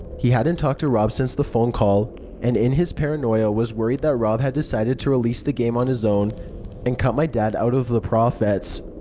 he hadn't talked to rob since the phone call and in his paranoia was worried that rob had decided to release the game on his own and cut my dad out of the profits.